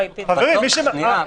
יועמ"ש תיירות,